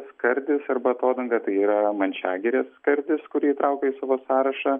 skardis arba atodanga tai yra mančiagirės skardis kurį įtraukiau į savo sąrašą